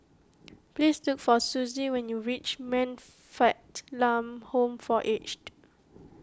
please look for Suzy when you reach Man Fatt Lam Home for Aged